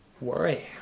worry